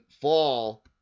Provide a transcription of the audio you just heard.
fall